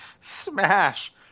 smash